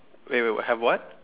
wait wait have what